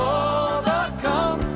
overcome